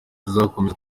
tuzakomeza